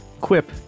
Quip